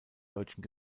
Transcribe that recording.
deutschen